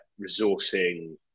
resourcing